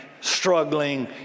struggling